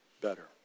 better